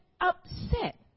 upset